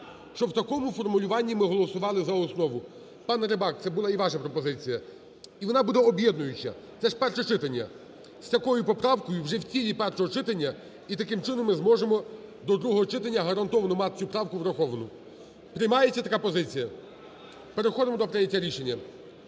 Щоб в такому формулюванні ми голосували за основу. Пане Рибак, це була і ваша пропозиція. І вона буде об'єднуюча. Це ж перше читання. З такою поправкою вже в тілі першого читання, і таким чином ми зможемо до другого читання гарантовано мати цю правку враховану. Приймається така позиція? Переходимо до прийняття рішення.